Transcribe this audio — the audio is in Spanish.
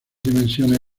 dimensiones